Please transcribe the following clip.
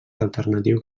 alternatiu